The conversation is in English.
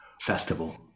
festival